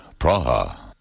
Praha